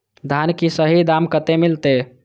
धान की सही दाम कते मिलते?